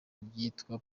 ryitwa